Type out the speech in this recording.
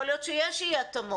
יכול להיות שיש אי התאמות.